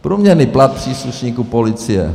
Průměrný plat příslušníků policie.